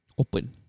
open